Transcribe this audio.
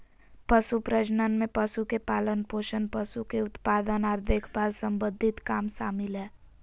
पशु प्रजनन में पशु के पालनपोषण, पशु के उत्पादन आर देखभाल सम्बंधी काम शामिल हय